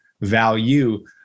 value